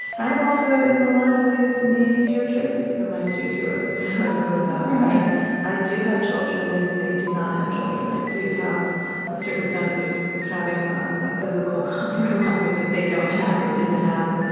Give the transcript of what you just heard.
i've also, in a lot of ways, made easier choices than my two heroes, who i wrote about right i do have children. they they did not have children. i do have a certain sense of of having a physical comfort around me that they don't have or didn't have.